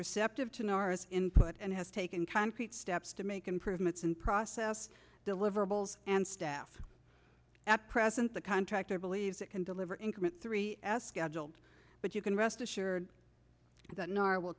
receptive to norris input and has taken concrete steps to make improvements in process deliverables and staff at present the contractor believes it can deliver increment three s scheduled but you can rest assured that n